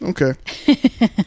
okay